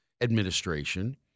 administration